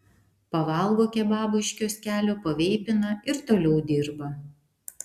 pavalgo kebabų iš kioskelio paveipina ir toliau dirba